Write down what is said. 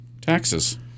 taxes